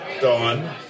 Dawn